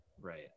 Right